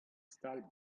stal